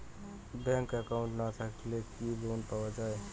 Bank account না থাকিলে কি লোন পাওয়া য়ায়?